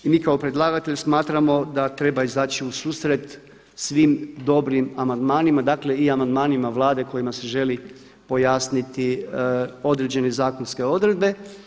I mi kao predlagatelji smatramo da treba izaći u susret svim dobrim amandmanima, dakle i amandmanima Vlade kojima se želi pojasniti određene zakonske odredbe.